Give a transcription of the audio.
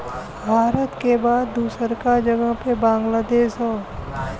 भारत के बाद दूसरका जगह पे बांग्लादेश हौ